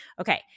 okay